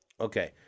Okay